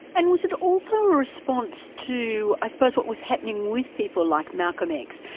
and was it also a response to i suppose what was happening with people like malcolm x,